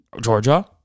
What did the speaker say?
Georgia